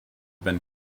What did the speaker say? been